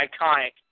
iconic